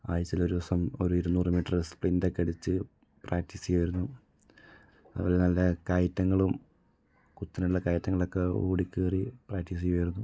ആഴ്ചയിൽ ഒരു ദിവസം ഒരു ഇരുന്നൂറ് മീറ്റർ സ്പ്രിൻറ്റൊക്കെ അടിച്ച് പ്രാക്ടീസ് ചെയ്യുമായിരുന്നു അതുപോലെ നല്ല കയറ്റങ്ങളും കുത്തനെയുള്ള കയറ്റങ്ങളും ഒക്കെ ഓടി കയറി പ്രാക്ടീസ് ചെയ്യുമായിരുന്നു